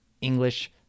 english